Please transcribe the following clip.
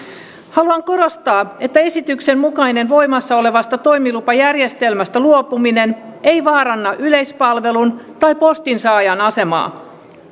haluan korostaa että esityksen mukainen voimassa olevasta toimilupajärjestelmästä luopuminen ei vaaranna yleispalvelun tai postinsaajan asemaa